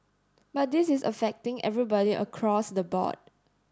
but this is affecting everybody across the board